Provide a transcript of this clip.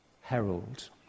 herald